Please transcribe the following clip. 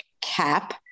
cap